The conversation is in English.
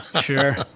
sure